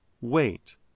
wait